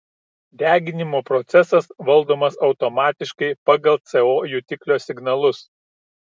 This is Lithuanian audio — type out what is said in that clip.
deginimo procesas valdomas automatiškai pagal co jutiklio signalus